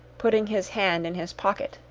putting his hand in his pocket,